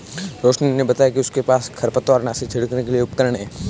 रोशिनी ने बताया कि उसके पास खरपतवारनाशी छिड़कने के लिए उपकरण है